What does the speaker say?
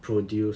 produce